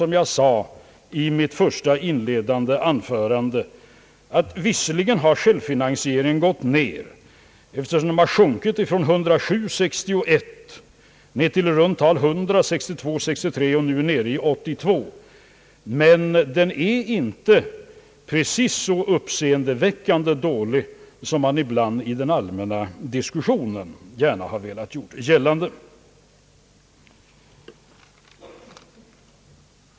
Som jag sade i mitt inledande anförande har visserligen självfinansieringen gått ned, eftersom den sjunkit från 107 år 1961 till i runt tal 100 1962/ 63 och nu är nere i 82. Men den är inte så uppseendeväckande dålig som man ibland i den allmänna diskussionen har velat göra gällande.